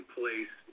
place